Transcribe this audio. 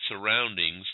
surroundings